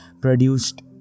produced